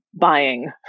buying